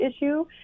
issue